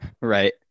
Right